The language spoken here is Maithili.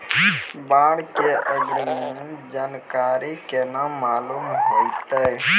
बाढ़ के अग्रिम जानकारी केना मालूम होइतै?